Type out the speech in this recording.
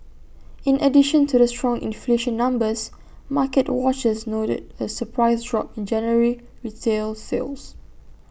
in addition to the strong inflation numbers market watchers noted A surprise drop in January retail sales